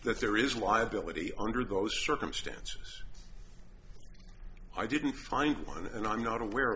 that there is liability under those circumstances i didn't find one and i'm not aware of